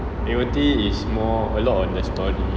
A_O_D is more a lot more on the story